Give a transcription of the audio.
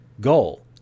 goal